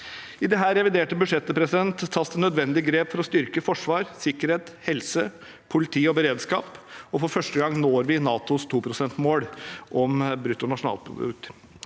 I dette reviderte budsjettet tas det nødvendige grep for å styrke forsvar, sikkerhet, helse, politi og beredskap. For første gang når vi NATOs 2-prosentmål av bruttonasjonalprodukt.